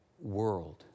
world